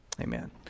amen